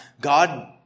God